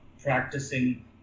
practicing